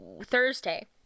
thursday